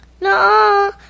No